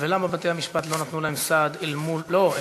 ולמה בתי-המשפט לא נתנו להם סעד אל מול זכות הראשונים?